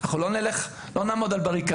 אנחנו לא נעמוד על בריקדות.